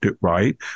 right